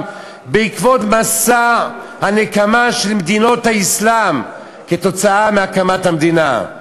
בעקבות מסע הנקמה של מדינות האסלאם על הקמת המדינה.